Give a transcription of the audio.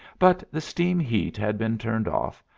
but the steam heat had been turned off,